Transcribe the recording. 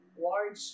large